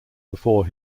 before